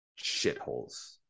shitholes